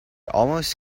almost